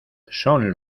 son